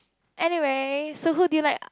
anyway so who do you like ah